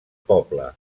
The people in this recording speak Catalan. poble